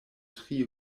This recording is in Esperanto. tri